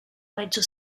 mezzo